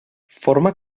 forma